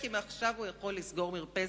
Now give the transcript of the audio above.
כי מעכשיו הוא יכול לסגור מרפסת.